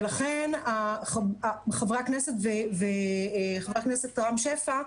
ולכן חבר הכנסת רם שפע,